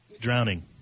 Drowning